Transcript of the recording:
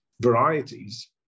varieties